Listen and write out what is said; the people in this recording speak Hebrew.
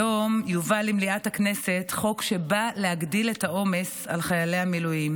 היום יובא למליאת הכנסת חוק שבא להגדיל את העומס על חיילי המילואים,